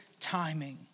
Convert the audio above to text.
timing